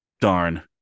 darn